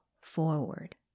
forward